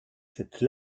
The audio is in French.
cette